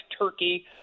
turkey